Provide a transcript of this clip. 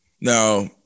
now